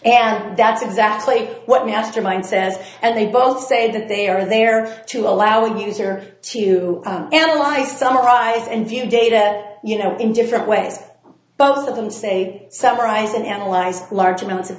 and that's exactly what mastermind says and they both say that they are there to allow the user to analyze summarize and view data that you know in different ways both of them say summarize and analyze large amounts of